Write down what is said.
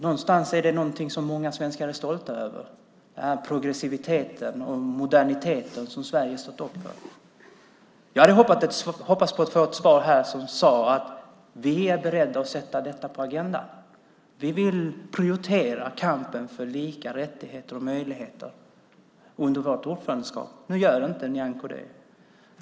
Någonstans är det någonting som många svenskar är stolta över - den progressivitet och modernitet som Sverige stått upp för. Jag hade hoppats få ett svar här som sade: Vi är beredda att sätta detta på agendan, och vi vill prioritera kampen för lika rättigheter och möjligheter under vårt ordförandeskap. Nu gör inte Nyamko det.